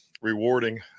rewarding